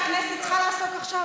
איתן, אני יודעת שכן רועדת לך היד.